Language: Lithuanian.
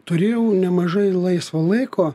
turėjau nemažai laisvo laiko